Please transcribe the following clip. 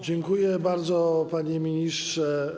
Dziękuję bardzo, panie ministrze.